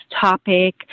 topic